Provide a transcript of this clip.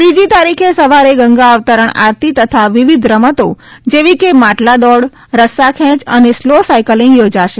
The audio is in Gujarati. ત્રીજી તારીખે સવારે ગંગા અવતરણ આરતી તથા વિવિધ રમતો જેવી કે માટલા દોડ રસ્સાખેંચ અને સ્લો સાયકિંલગ યોજાશે